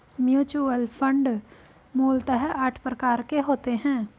mutual fund मूलतः आठ प्रकार के होते हैं